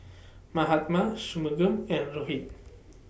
Mahatma Shunmugam and Rohit